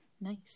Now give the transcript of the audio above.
Nice